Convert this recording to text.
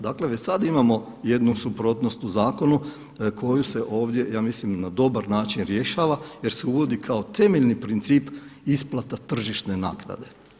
Dakle već sada imamo jednu suprotnost u zakonu koju se ovdje, ja mislim na dobar način rješava jer se uvodi kao temeljni princip isplata tržišne naknade.